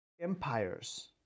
empires